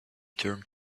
turned